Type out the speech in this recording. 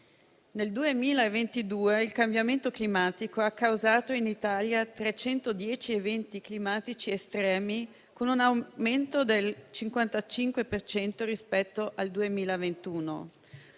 Nel 2022 il cambiamento climatico ha causato in Italia 310 eventi climatici estremi, con un aumento del 55 per cento rispetto al 2021.